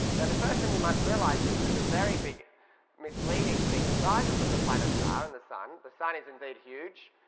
and the first thing we must realise is there's a very big misleading thing. the sizes of the planets are. and the sun, the sun is indeed huge,